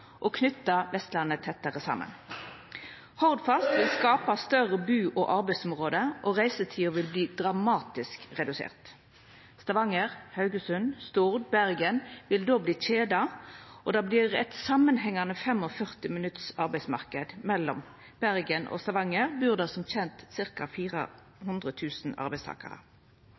Vestlandet tettare saman. Hordfast vil skapa større bu- og arbeidsområde, og reisetida vil verta dramatisk redusert. Stavanger, Haugesund, Stord og Bergen vil då verta kjeda, og det vert ein samanhengande 45-minutters arbeidsmarknad. Mellom Bergen og Stavanger bur det som kjent ca. 400 000 arbeidstakarar.